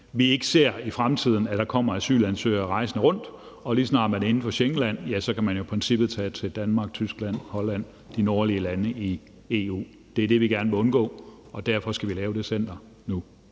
at vi ikke i fremtiden ser, at der kommer asylansøgere rejsende rundt, og at lige så snart man er inden for et Schengenland, kan man i princippet tage til Danmark, Tyskland og Holland, de nordlige lande i EU. Det er det, vi gerne vil undgå, og derfor skal vi lave det center nu.